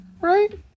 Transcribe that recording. right